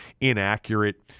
inaccurate